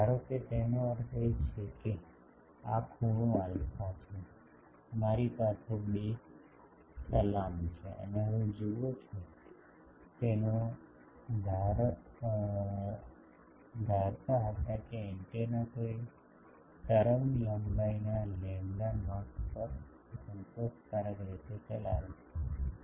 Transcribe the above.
ધારો કે તેનો અર્થ એ છે કે આ ખૂણો આલ્ફા છે મારી પાસે બે સલામ છે અને હવે તમે જુઓ છો તેનો ધારો હતો કે એન્ટેના કોઈ તરંગલંબાઇના લેમ્બડા નોટ પર સંતોષકારક રીતે ચલાવે છે